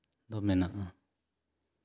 ᱫᱚ ᱢᱮᱱᱟᱜᱼᱟ